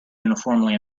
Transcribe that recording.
uniformly